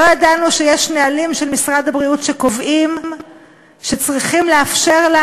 לא ידענו שיש נהלים של משרד הבריאות שקובעים שצריכים לאפשר לה